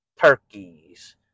Turkeys